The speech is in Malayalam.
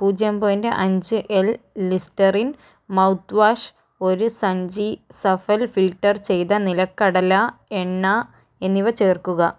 പൂജ്യം പോയിൻറ്റ് അഞ്ച് എൽ ലിസ്റ്ററിൻ മൗത് വാഷ് ഒരു സഞ്ചി സഫൽ ഫിൽട്ടർ ചെയ്ത നിലക്കടല എണ്ണ എന്നിവ ചേർക്കുക